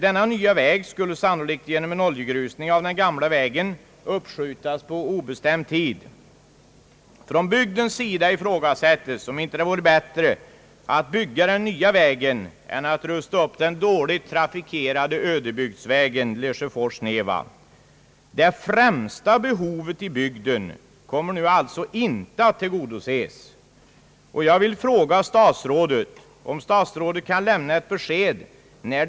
Denna nya väg skulle sannolikt genom en oljegrusning av den gamla vägen uppskjutas på obestämd tid. Från bygdens sida ifrågasättes om inte det vore bättre att bygga den nya vägen än att rusta upp den dåligt trafikerade ödebygdsvägen Lesjöfors—Neva. Det främsta behovet i bygden kommer nu alltså inte att tillgodoses.